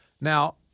Now